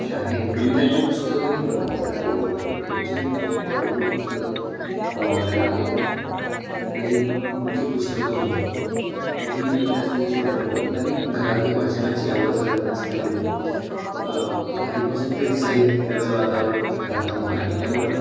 अशी अनेक कवितांची पुस्तकंही मला वाचायला आवडतात कवितांचीही भरपूर पुस्तकं मला वाचायला आवडतात काही मुख्य पुस्तकं होती तर ही जास्तीत जास्त वाचायला आवडतात आणि घरातही वाचनाची आवड सगळ्यांना असल्यामुळे आधीपासून तेच साहित्याचं वातावरण घरात होतं आणि त्यामुळे